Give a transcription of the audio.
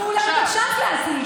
תנו לנו את הצ'אנס להשיג.